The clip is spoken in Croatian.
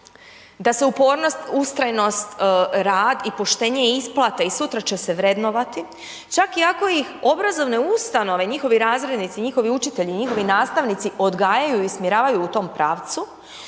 da se upornost, ustrajnost, rad i poštenje isplate i sutra će se vrednovati, čak i ako ih obrazovne ustanove, njihove razrednici, njihovi učitelji, njihovi nastavnici, odgajaju i usmjeravaju u tom pravcu,